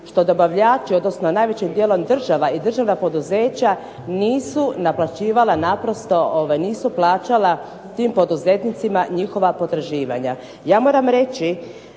što dobavljači, odnosno najvećim dijelom država i državna poduzeća nisu plaćala tim poduzetnicima njihova potraživanja. Ja moram reći